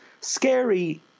scary